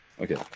Okay